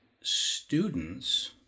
students